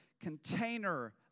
container